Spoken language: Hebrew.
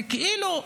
זה כאילו,